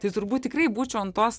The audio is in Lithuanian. tai turbūt tikrai būčiau ant tos